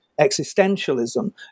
existentialism